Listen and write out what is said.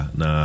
na